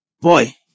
boy